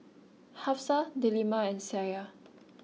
Hafsa Delima and Syah